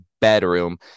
bedroom